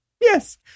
Yes